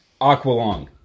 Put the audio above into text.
Aqualong